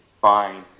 fine